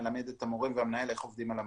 מלמד את המורים והמנהל איך עובדים על המערכת.